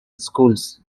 schools